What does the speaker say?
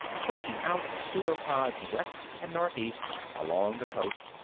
pushing out pseudopods west and northeast along the coast,